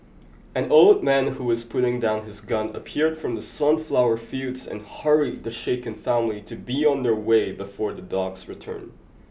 an old man who was putting down his gun appeared from the sunflower fields and hurried the shaken family to be on their way before the dogs return